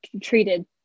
treated